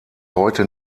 heute